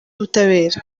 ubutabera